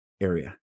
area